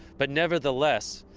but nevertheless,